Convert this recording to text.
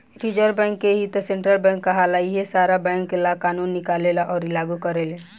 reserve bank के ही त सेन्ट्रल बैंक कहाला इहे सारा बैंक ला कानून निकालेले अउर लागू करेले